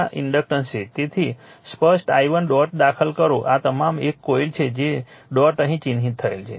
તેથી સ્પષ્ટ i1 dot દાખલ કરો આ તમામ એક કોઇલ છે ડોટ અહીં ચિહ્નિત થયેલ છે